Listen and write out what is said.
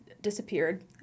disappeared